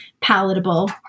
palatable